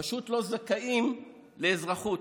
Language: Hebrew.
פשוט לא זכאים לאזרחות.